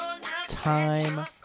Time